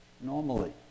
normally